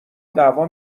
دعوا